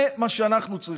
זה מה שאנחנו צריכים.